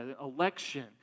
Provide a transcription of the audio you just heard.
election